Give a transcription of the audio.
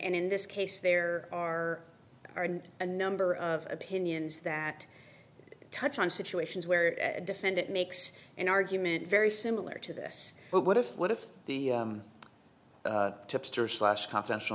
and in this case there are a number of opinions that touch on situations where a defendant makes an argument very similar to this but what if what if the tipster slash confidential